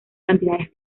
cantidades